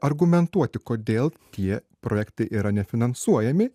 argumentuoti kodėl tie projektai yra nefinansuojami